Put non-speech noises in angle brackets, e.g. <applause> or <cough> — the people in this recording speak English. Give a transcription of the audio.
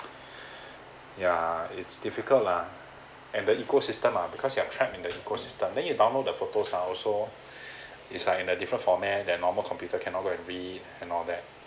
<breath> ya it's difficult lah and the ecosystem ah because you are trapped in the ecosystem then you download the photos are also <breath> it's like in a different format than normal computer cannot go and read and all that